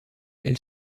elle